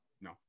no